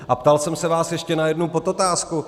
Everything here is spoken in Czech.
A ptal jsem se vás ještě na jednu podotázku.